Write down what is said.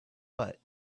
but